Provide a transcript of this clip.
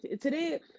today